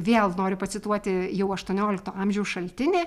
vėl noriu pacituoti jau aštuoniolikto amžiaus šaltinį